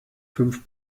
fünf